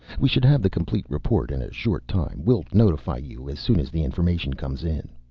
we should have the complete report in a short time. we'll notify you as soon as the information comes in.